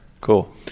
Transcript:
Cool